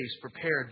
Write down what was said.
prepared